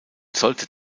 sollte